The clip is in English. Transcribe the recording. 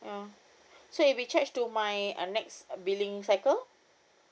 ya so if it'll be charged to my uh next billing cycle